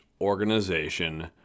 organization